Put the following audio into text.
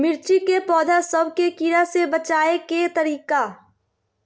मिर्ची के पौधा सब के कीड़ा से बचाय के तरीका?